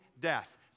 death